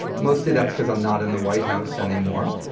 mostly that's because i'm not in the white house anymore.